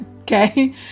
okay